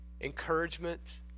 encouragement